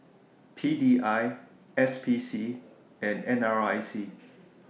P D I S P C and N R I C